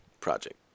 project